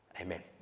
Amen